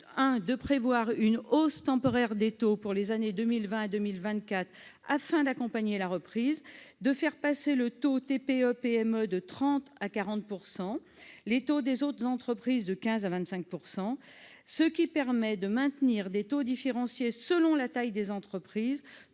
à prévoir une hausse temporaire des taux pour les années 2020 à 2024 afin d'accompagner la reprise. Il tend également à faire passer le taux TPE-PME de 30 % à 40 % et les taux des autres entreprises de 15 % à 25 %, ce qui permet de maintenir des taux différenciés selon la taille des entreprises